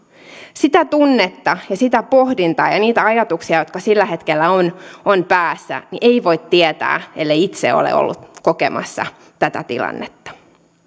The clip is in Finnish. sitä tunnetta ja sitä pohdintaa ja ja niitä ajatuksia joita sillä hetkellä on on päässä ei voi tietää ellei itse ole ollut kokemassa tätä tilannetta